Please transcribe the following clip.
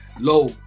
low